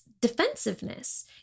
defensiveness